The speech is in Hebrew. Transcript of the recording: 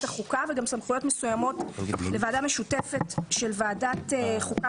החוקה וגם סמכויות מסוימות לוועדה משותפת של ועדת החוקה